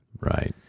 Right